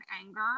anger